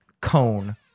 cone